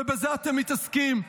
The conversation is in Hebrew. ובזה אתם מתעסקים.